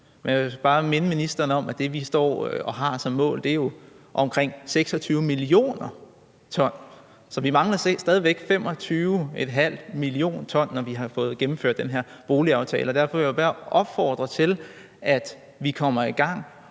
Jeg vil bare minde ministeren om, at det, vi har som mål, er omkring 26 mio. t. Så vi mangler stadig væk mere end 25,5 mio. t, når vi har fået gennemført den her boligaftale. Derfor vil jeg opfordre til, at vi kommer i gang